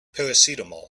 paracetamol